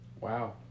Wow